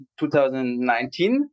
2019